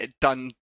done